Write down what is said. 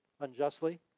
unjustly